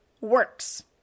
works